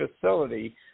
facility